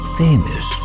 famous